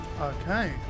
Okay